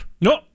No